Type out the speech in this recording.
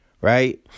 right